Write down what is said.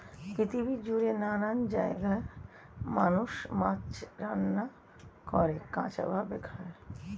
পৃথিবী জুড়ে নানান জায়গায় মানুষ মাছ রান্না করে, কাঁচা ভাবে খায়